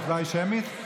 ההצבעה היא שמית?